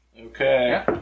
Okay